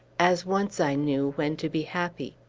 as once i knew when to be happy!